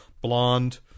blonde